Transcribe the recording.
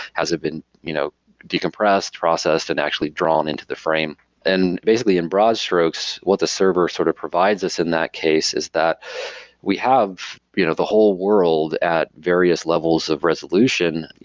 has it been you know decompressed, processed and actually drawn into the frame and basically in broad strokes, what the server sort of provides us in that case is that we have you know the whole world at various levels of resolution,